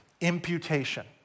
imputation